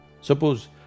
Suppose